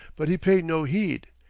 but he paid no heed.